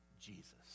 Jesus